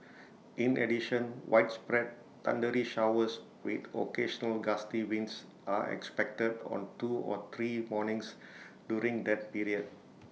in addition widespread thundery showers with occasional gusty winds are expected on two or three mornings during that period